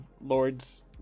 Lord's